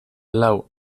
lau